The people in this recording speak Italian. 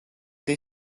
dei